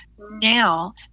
Now